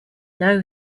know